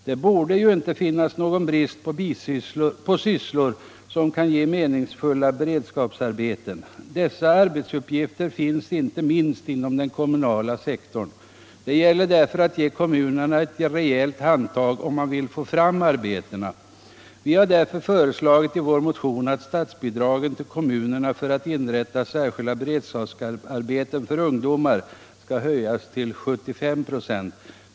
Det borde ju inte finnas någon brist på sysslor som kan ge meningsfulla beredskapsarbeten. Sådana arbetsuppgifter finns inte minst inom den kommunala sektorn. Det gäller därför att ge kommunerna ett rejält handtag om man vill få fram arbetena. Vi har i vår motion föreslagit att statsbidragen till kommunerna för att inrätta särskilda beredskapsarbeten för ungdomar skall höjas till 75 26.